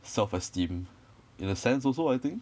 self esteem in a sense also I think